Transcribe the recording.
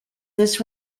this